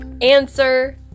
Answer